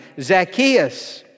Zacchaeus